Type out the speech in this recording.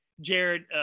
Jared